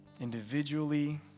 Individually